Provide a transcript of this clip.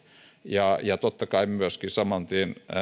ja ja totta kai myöskin saman tien